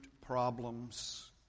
problems